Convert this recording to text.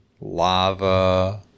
lava